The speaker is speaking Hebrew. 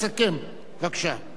אדוני היושב-ראש,